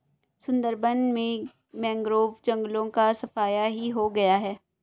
सुंदरबन में मैंग्रोव जंगलों का सफाया ही हो गया है